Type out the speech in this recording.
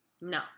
No